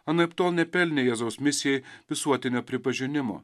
anaiptol nepelnė jėzaus misijai visuotinio pripažinimo